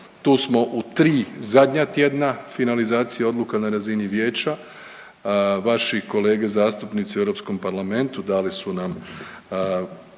Tu smo u tri zadnja tjedna finalizacije odluka na razini Vijeća. Vaši kolege zastupnici u Europskom parlamentu dali su nam